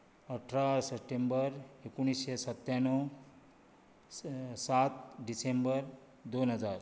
अठरा सप्टेंबर एकुणेशे सत्त्याण्णव स सात डिसेंबर दोन हजार